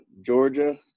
Georgia